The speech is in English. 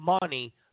money